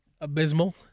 abysmal